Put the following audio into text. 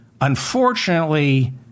Unfortunately